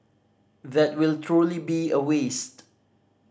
that will truly be a waste